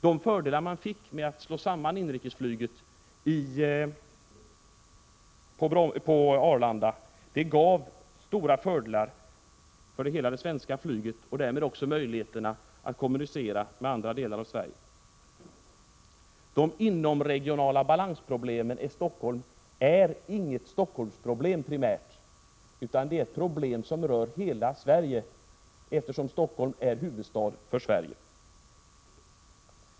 De fördelar man fick genom att utnyttja Arlanda för inrikesflyget gav stora fördelar för hela det svenska flyget och därmed också för möjligheterna att kommunicera med andra delar av Sverige. Problemet med den inomregionala balansen i Stockholm är inte primärt ett Stockholmsproblem utan ett problem som rör hela Sverige, eftersom Stockholm är huvudstad i Sverige.